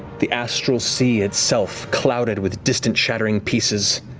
the astral sea itself, clouded with distant shattering pieces.